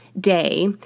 Day